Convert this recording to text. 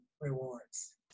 rewards